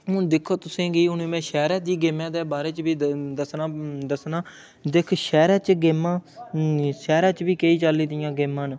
हून दिक्खो तु'सें गी हून में शैह्रे दी गेमें दे बारे च बी दस्स दस्सनां दस्सनां दिक्ख शैह्रे च गेमां शैह्रे च बी केईं चाल्ली दियां गेमां न